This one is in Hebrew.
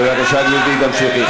בבקשה, גברתי, תמשיכי.